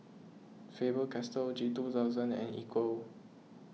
Faber Castell G two thousand and Equal